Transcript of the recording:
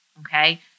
Okay